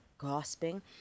gasping